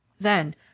Then